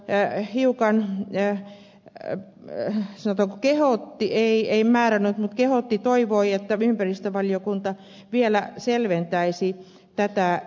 perustuslakivaliokunta hiukan sanotaanko kehotti ei määrännyt mutta kehotti toivoi että ympäristövaliokunta vielä selventäisi tätä kohtaa